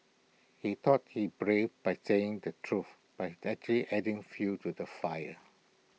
he thought he brave by saying the truth but that she adding fuel to the fire